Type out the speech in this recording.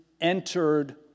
entered